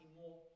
more